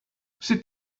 sit